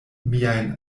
miajn